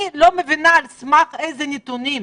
אני לא מבינה על סמך איזה נתונים?